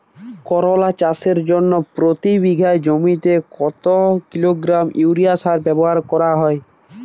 করলা চাষের জন্য প্রতি বিঘা জমিতে কত কিলোগ্রাম ইউরিয়া সার ব্যবহার করা হয়?